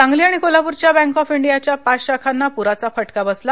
सांगली आणि कोल्हापूरच्या bank of इंडियाच्या पाच शाखांना पूराचा फटका बसला